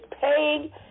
paying